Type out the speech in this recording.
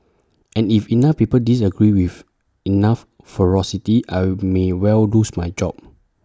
and if enough people disagree with enough ferocity I will may well lose my job